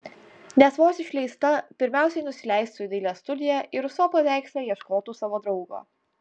nes vos išleista pirmiausiai nusileistų į dailės studiją ir ruso paveiksle ieškotų savo draugo